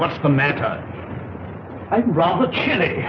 what's the matter i'd rather chilly